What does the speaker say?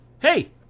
Hey